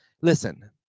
listen